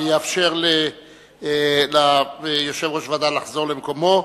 אני אאפשר ליושב-ראש הוועדה לחזור למקומו,